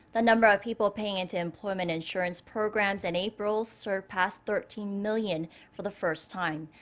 the number of people paying into employment insurance programs in april. surpassed thirteen million for the first time.